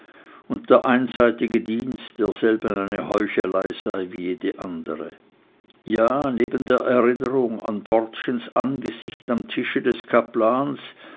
und der einseitige dienst derselben eine heuchelei sei wie jede andere ja neben der erinnerung an dortchens angesicht am tische des kaplans